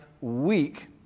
week